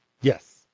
Yes